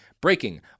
breaking